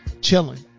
chilling